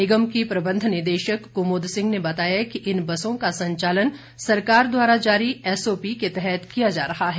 निगम की प्रबंध निदेशक कुमुद सिंह ने बताया कि इन बसों का संचालन सरकार द्वारा जारी एसओपी के तहत किया जा रहा है